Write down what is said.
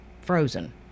frozen